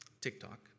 TikTok